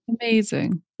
Amazing